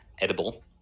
edible